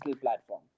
platform